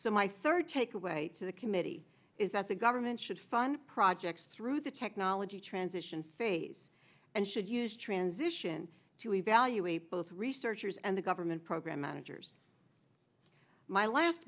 so my third takeaway to the committee is that the government should fund projects through the technology transition phase and should use transition to evaluate both researchers and the government program managers my last